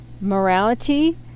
morality